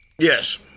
Yes